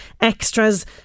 extras